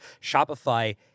Shopify